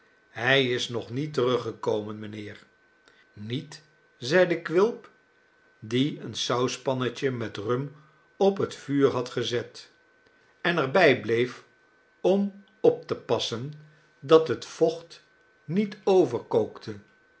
hij is nog niet teruggekomen mijnheer i niet zeide quilp die een sauspannetje met rum op het vuur had gezet en er bij bleef om op te passen dat het vocht niet overkookte